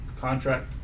contract